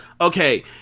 Okay